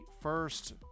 first